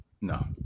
No